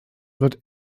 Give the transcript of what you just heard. wird